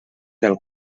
del